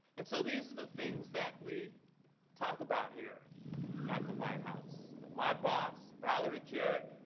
and so these are the things that we talk about here at the white house. my boss, valerie jarrett,